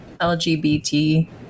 LGBT